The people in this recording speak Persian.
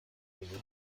بده